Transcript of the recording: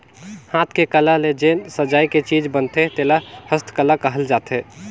हाथ के कला ले जेन सजाए के चीज बनथे तेला हस्तकला कहल जाथे